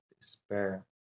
despair